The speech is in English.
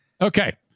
Okay